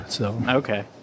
Okay